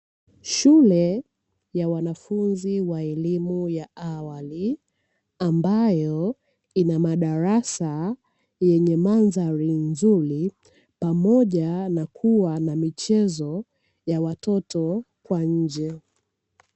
Shule ya wanafunzi wa elimu ya awali ambayo ina madarasa yenye mandhari nzuri, pamoja na kuwa na michezo ya watoto kwa nje.